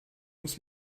muss